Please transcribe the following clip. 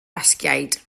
basgiaid